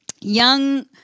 young